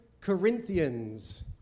Corinthians